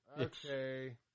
Okay